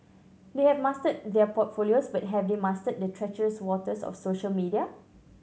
they have mastered their portfolios but have they mastered the treacherous waters of social media